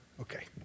Okay